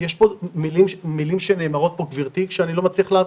יש פה מילים שנאמרות ואני לא מצליח להבין.